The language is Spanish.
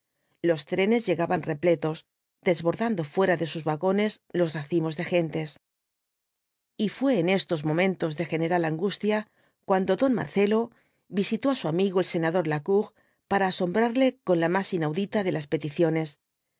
los trenes llegaban repletos desbordando fuera de sus vagones los racimos de gentes y fué en estos momentos de general angustia cuando don marcelo visitó á su amigo el senador lacour para asombrarle con la más inaudita de las peticiones